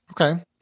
Okay